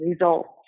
results